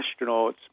astronauts